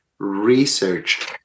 research